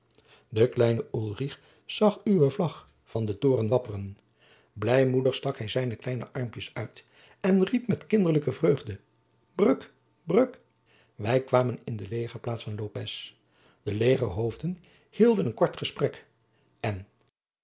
de kleine ulrich zag uwe vlag van den toren wapperen blijmoedig stak hij zijne kleine armpjes uit en riep met kinderlijke vreugde bruck bruck wij kwamen in de legerplaats van lopez de legerhoofden hielden een kort gesprek en